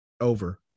Over